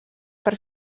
per